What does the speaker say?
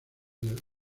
del